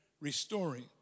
restoring